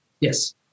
Yes